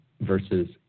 versus